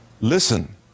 Listen